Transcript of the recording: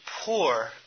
poor